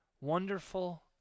Wonderful